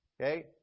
okay